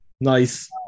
Nice